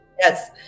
Yes